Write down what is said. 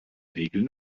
regeln